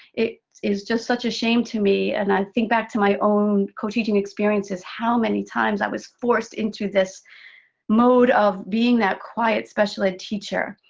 it is just such a shame to me, and i think back to my own co-teaching experiences, how many times i was forced into this mode of being that quiet special ed teacher.